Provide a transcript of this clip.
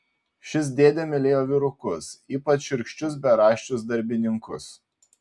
šis dėdė mylėjo vyrukus ypač šiurkščius beraščius darbininkus